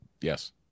Yes